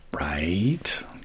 Right